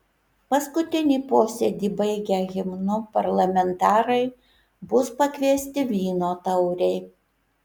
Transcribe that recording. paskutinį posėdį baigę himnu parlamentarai bus pakviesti vyno taurei